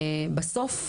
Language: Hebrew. בסוף,